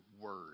word